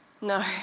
no